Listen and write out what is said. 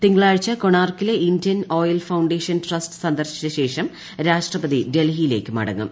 തിങ്കളാഴ്ച കൊണാർക്കിലെ ക്ക് ഇന്ത്യൻ ഓയിൽ ഫൌണ്ടേഷൻ ട്രസ്റ്റ് സന്ദർശിച്ച ശേഷം രാഷ്ട്രിപ്പ്തി ഡൽഹിയിലേക്ക് മടങ്ങും